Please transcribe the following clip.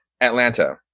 Atlanta